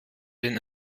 den